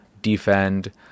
defend